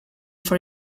for